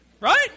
Right